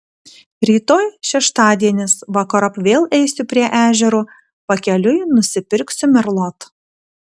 rytoj šeštadienis vakarop vėl eisiu prie ežero pakeliui nusipirksiu merlot